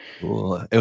Cool